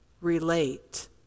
relate